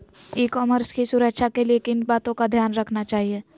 ई commerce की सुरक्षा के लिए किन बातों का ध्यान रखना चाहिए?